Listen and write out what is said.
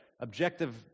objective